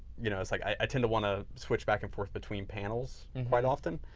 you know it's like i tend to want to switch back and forth between panels quite often